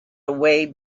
away